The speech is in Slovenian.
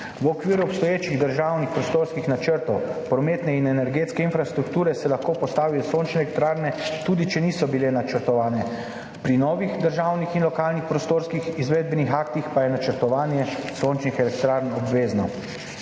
V okviru obstoječih državnih prostorskih načrtov, prometne in energetske infrastrukture se lahko postavijo sončne elektrarne, tudi če niso bile načrtovane, v novih državnih in lokalnih prostorskih izvedbenih aktih pa je načrtovanje sončnih elektrarn obvezno.